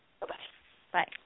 Bye-bye